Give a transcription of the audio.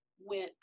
went